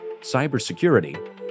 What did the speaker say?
cybersecurity